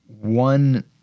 One